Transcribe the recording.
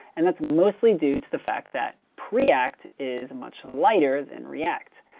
and that's mostly due to the fact that preact is much lighter than react.